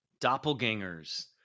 doppelgangers